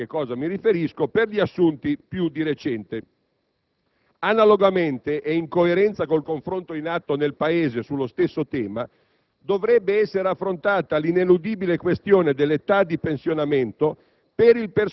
a che cosa mi riferisco) per gli assunti più di recente. Analogamente - e in coerenza col confronto in atto nel Paese sullo stesso tema - dovrebbe essere affrontata l'ineludibile questione dell'età di pensionamento